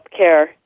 healthcare